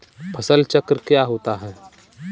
फसल चक्र क्या होता है?